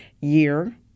year